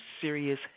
serious